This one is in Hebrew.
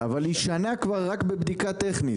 אבל היא שנה רק בבדיקה טכנית.